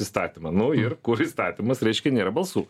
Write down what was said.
įstatymą nu ir įstatymas reiškia nėra balsų